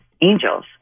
Angels